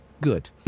good